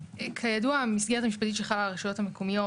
כידוע המסגרת המשפטית שחלה על הרשויות המקומיות